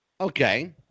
Okay